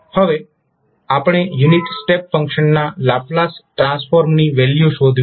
હવે આપણે unit step ફંક્શનના લાપ્લાસ ટ્રાન્સફોર્મની વેલ્યુ શોધવી છે